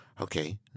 Okay